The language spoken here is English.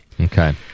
Okay